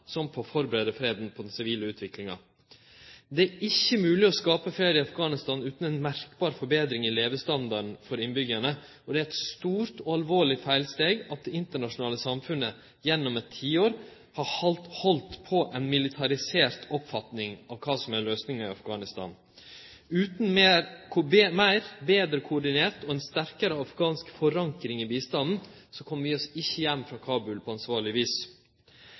som på å førebu freden – på den sivile utviklinga. Det er ikkje mogleg å skape fred i Afghanistan utan ei merkbar forbetring i levestandarden for innbyggjarane. Det er eit stort og alvorleg feilsteg at det internasjonale samfunnet gjennom eit tiår har halde på ei militarisert oppfatning av kva som er løysinga i Afghanistan. Utan ei meir og betre koordinert – og ei sterkare – afghansk forankring i bistanden kjem vi oss ikkje heim frå Kabul på ansvarleg vis.